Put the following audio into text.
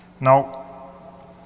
Now